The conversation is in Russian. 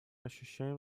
ощущаем